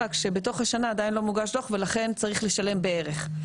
רק שבתוך השנה עדיין לא מוגש דו"ח ולכן צריך לשלם בערך.